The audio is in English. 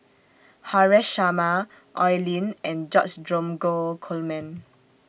Haresh Sharma Oi Lin and George Dromgold Coleman